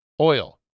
oil